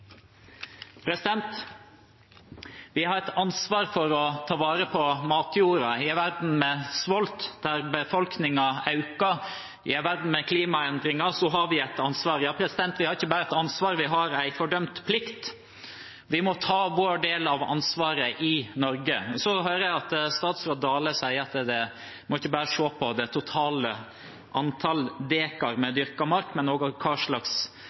Vi har et ansvar for å ta vare på matjorda i en verden med sult, der befolkningen øker. I en verden med klimaendringer har vi et ansvar – ja, vi har ikke bare et ansvar, vi har en fordømt plikt. Vi må ta vår del av ansvaret i Norge. Jeg hører at statsråd Dale sier at en ikke bare må se på det totale antallet dekar med dyrket mark, men også på hva slags